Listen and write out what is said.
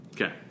Okay